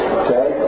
okay